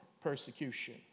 persecution